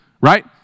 Right